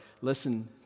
Listen